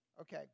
Okay